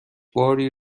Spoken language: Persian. باری